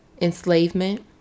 enslavement